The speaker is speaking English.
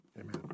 Amen